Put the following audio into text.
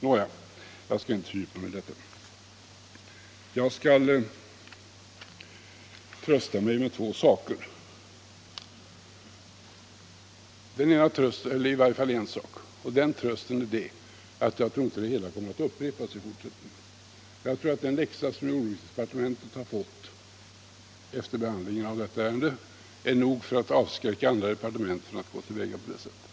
Nå, jag skall inte fördjupa mig i detta, utan jag skall trösta mig med två saker — eller i varje fall en. Och den trösten är att jag inte tror att detta kommer att upprepas. Den läxa som jordbruksdepartementet nu har fått vid behandlingen av detta ärende tror jag är nog för att avskräcka andra departement från att gå till väga på samma sätt.